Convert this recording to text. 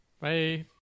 Bye